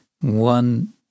one